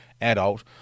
adult